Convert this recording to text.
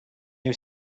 new